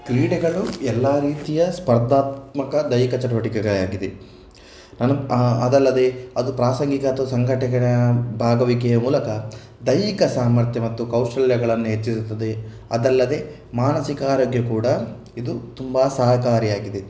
ಕ್ರೀಡೆಗಳು ಎಲ್ಲ ರೀತಿಯ ಸ್ಪರ್ಧಾತ್ಮಕ ದೈಹಿಕ ಚಟುವಟಿಕೆಗಳೆ ಆಗಿದೆ ನನು ಅದಲ್ಲದೆ ಅದು ಪ್ರಾಸಂಗಿಕ ಅಥವಾ ಸಂಘಟಕರ ಭಾಗವಿಕೆಯ ಮೂಲಕ ದೈಹಿಕ ಸಾಮರ್ಥ್ಯ ಮತ್ತು ಕೌಶಲ್ಯಗಳನ್ನು ಹೆಚ್ಚಿಸುತ್ತದೆ ಅದಲ್ಲದೆ ಮಾನಸಿಕ ಆರೋಗ್ಯ ಕೂಡ ಇದು ತುಂಬ ಸಹಕಾರಿಯಾಗಿದೆ